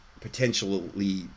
potentially